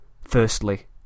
Firstly